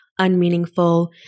unmeaningful